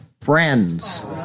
friends